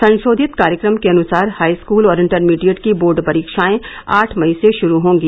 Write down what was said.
संशोधित कार्यक्रम के अनुसार हाईस्कूल और इंटरमीडिएट की बोर्ड परीक्षाएं आठ मई से गुरू होंगी